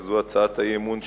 שזו הצעת האי-אמון שלה,